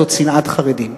זאת שנאת חרדים.